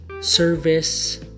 service